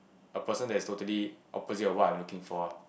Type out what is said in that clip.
a person that's totally opposite of what I'm looking for ah